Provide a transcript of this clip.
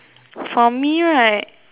for me right